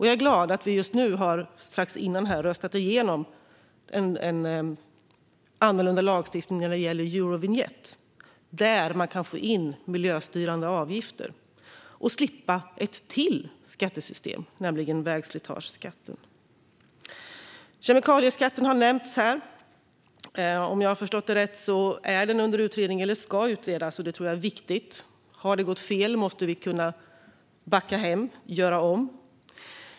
Jag är glad att vi tidigare här har röstat igenom en annorlunda lagstiftning när det gäller Eurovinjett, där man kan få in miljöstyrande avgifter och slippa ännu ett skattesystem, nämligen vägslitageskatten. Kemikalieskatten har nämnts, och om jag har förstått det rätt är den under utredning eller ska utredas. Det tror jag är viktigt. Om det har gått fel måste vi kunna backa och göra om.